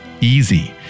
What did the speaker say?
easy